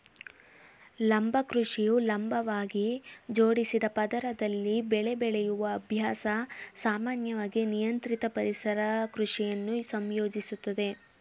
ಲಂಬ ಕೃಷಿಯು ಲಂಬವಾಗಿ ಜೋಡಿಸಿದ ಪದರದಲ್ಲಿ ಬೆಳೆ ಬೆಳೆಯುವ ಅಭ್ಯಾಸ ಸಾಮಾನ್ಯವಾಗಿ ನಿಯಂತ್ರಿತ ಪರಿಸರ ಕೃಷಿಯನ್ನು ಸಂಯೋಜಿಸುತ್ತದೆ